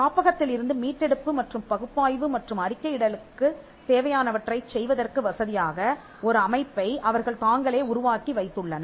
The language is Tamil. காப்பகத்திலிருந்து மீட்டெடுப்பு மற்றும் பகுப்பாய்வு மற்றும் அறிக்கையிடலுக்குத் தேவையானவற்றைச் செய்வதற்கு வசதியாக ஒரு அமைப்பை அவர்கள் தாங்களே உருவாக்கி வைத்துள்ளனர்